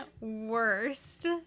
worst